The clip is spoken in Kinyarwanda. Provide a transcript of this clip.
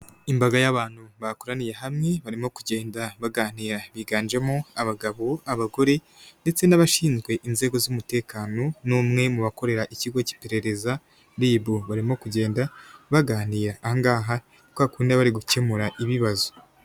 Imbaga y'abantu bakoraniye hamwe barimo kugenda baganira biganjemo abagabo abagore, ndetse n'abashinzwe inzego z'umutekano, n'umwe mu bakorera ikigo cy'iperereza Ribu barimo kugenda, baganira. Ahangaha ni kwakundi baba bari gukemura ibibazo.